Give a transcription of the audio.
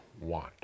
want